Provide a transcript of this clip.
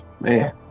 man